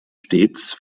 stets